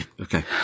Okay